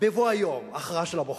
בבוא היום הכרעה של הבוחר.